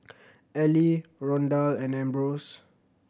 Ely Rondal and Ambrose